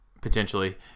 potentially